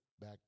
back